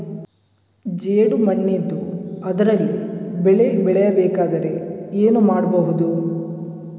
ಜೇಡು ಮಣ್ಣಿದ್ದು ಅದರಲ್ಲಿ ಬೆಳೆ ಬೆಳೆಯಬೇಕಾದರೆ ಏನು ಮಾಡ್ಬಹುದು?